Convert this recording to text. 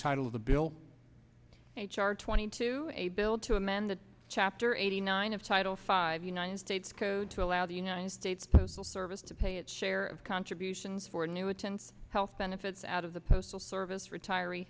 title of the bill h r two thousand and two a bill to amend the chapter eighty nine of title five united states code to allow the united states service to pay its share of contributions for new attends health benefits out of the postal service retiree